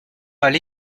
allé